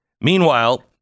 Meanwhile